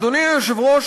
אדוני היושב-ראש,